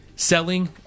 selling